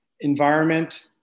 environment